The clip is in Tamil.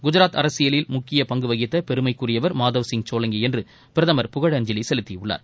குஜராத் அரசியலில் முக்கிய பங்கு வகித்த பெருமைக்குரியவர் மாதவ்சிய் சோலங்கி என்று பிரதமர் புகழஞ்சலி செலுத்தியுள்ளார்